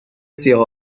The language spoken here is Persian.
سیاه